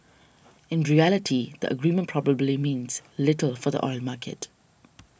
in reality the agreement probably means little for the oil market